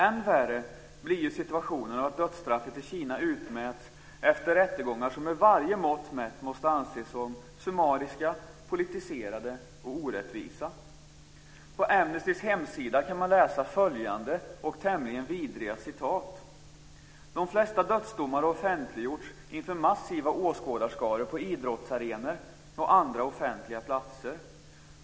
Än värre blir situationen av att dödsstraffen i Kina utmäts efter rättegångar som med varje mått mätt måste anses vara summariska, politiserade och orättvisa. På Amnestys hemsida kan man läsa följande tämligen vidriga uppgifter: "De flesta dödsdomar har offentliggjorts inför massiva åskådarskaror på idrottsarenor och andra offentliga platser.